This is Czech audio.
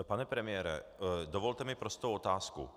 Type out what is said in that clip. Pane premiére, dovolte mi prostou otázku.